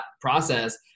process